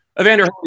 Evander